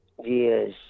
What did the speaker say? Yes